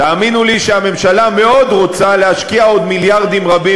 תאמינו לי שהממשלה מאוד רוצה להשקיע עוד מיליארדים רבים,